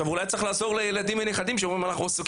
אולי צריך לעזור לילדים ולנכדים שאומרים שהם עסוקים